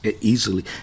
easily